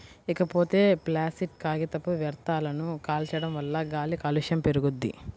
ఇకపోతే ప్లాసిట్ కాగితపు వ్యర్థాలను కాల్చడం వల్ల గాలి కాలుష్యం పెరుగుద్ది